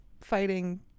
fighting